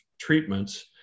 treatments